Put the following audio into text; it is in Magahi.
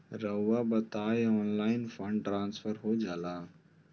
रहुआ बताइए ऑनलाइन फंड ट्रांसफर हो जाला?